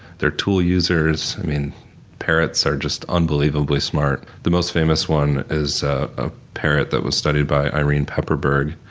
they're tool users. i mean parrots are just unbelievably smart. the most famous one is a parrot that was studied by irene pepperberg